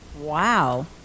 Wow